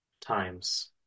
times